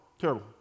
terrible